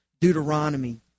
Deuteronomy